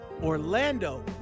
Orlando